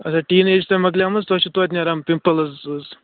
اَچھا teen age چھِ تۄہہِ مۅکلیٛمٕژ تۄہہِ چھُ توتہِ نیران پِمپٕلٕز حظ